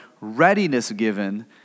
readiness-given